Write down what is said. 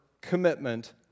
commitment